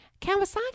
Kawasaki